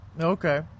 Okay